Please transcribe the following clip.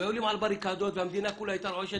היו עולים על בריקדות והמדינה כולה הייתה רועשת